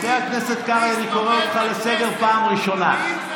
חבר הכנסת קרעי, אני קורא אותך לסדר פעם ראשונה.